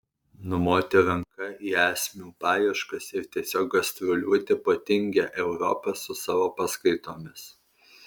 numoti ranka į esmių paieškas ir tiesiog gastroliuoti po tingią europą su savo paskaitomis